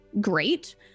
great